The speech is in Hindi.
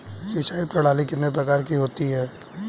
सिंचाई प्रणाली कितने प्रकार की होती हैं?